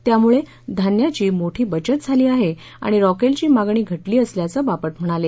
त्यामुळे धान्याची मोठी बचत झाली आहे आणि घासलेटची मागणी घटली असल्याचं बापट म्हणाले